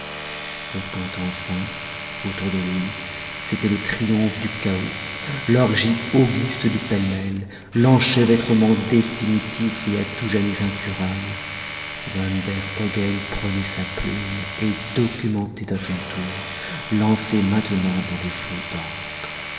et quand enfin autour de lui c'était le triomphe du chaos l'orgie auguste du pêle-mêle l'enchevêtrement définitif et à tout jamais incurable van der hogen prenait sa plume et documentait à son tour lancé maintenant dans des